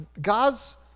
God's